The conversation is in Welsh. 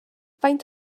faint